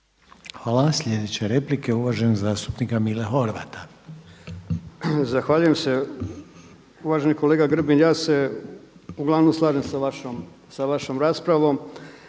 Hvala. Sljedeća je replika uvaženog zastupnika Mile Horvata. **Horvat, Mile (SDSS)** Zahvaljujem se. Uvaženi kolega Grbin ja se uglavnom slažem sa vašom raspravom